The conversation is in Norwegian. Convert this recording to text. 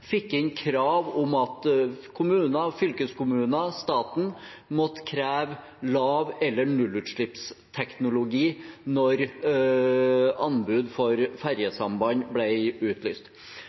fikk inn krav om at kommuner, fylkeskommuner og staten måtte kreve lav- eller nullutslippsteknologi når anbud for ferjesamband ble utlyst.